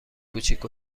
کوچیک